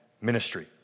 ministry